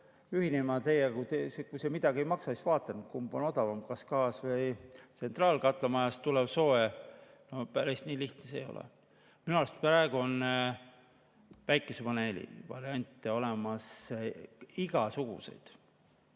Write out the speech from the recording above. ühinema teiega, kui see midagi ei maksa, siis vaatame, kumb on odavam, kas gaas või tsentraalkatlamajast tulev soe. Päris nii lihtne see ei ole. Minu arust praegu on päikesepaneeli variante olemas igasuguseid,